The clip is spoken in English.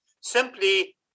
simply